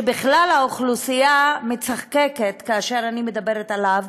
שבכלל האוכלוסייה מצחקקת כאשר אני מדברת עליו,